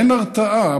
אין הרתעה.